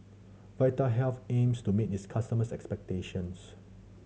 vitahealth aims to meet its customers' expectations